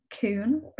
Coon